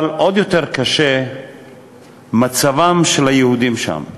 אבל עוד יותר קשה מצבם של היהודים שם.